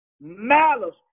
malice